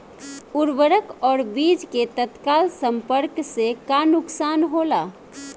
उर्वरक और बीज के तत्काल संपर्क से का नुकसान होला?